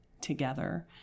together